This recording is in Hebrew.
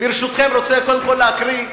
אני רוצה קודם כול להקריא,